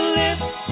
lips